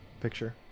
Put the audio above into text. Picture